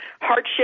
hardship